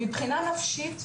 מבחינה נפשית,